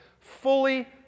fully